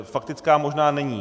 Faktická možná není.